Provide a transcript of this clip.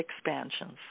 expansions